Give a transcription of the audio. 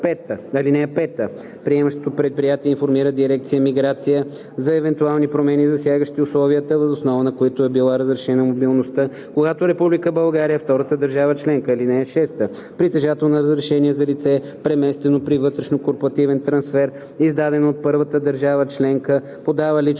първа държава членка, подава лично